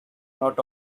not